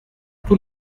tous